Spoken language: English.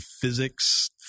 physics